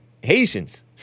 Haitians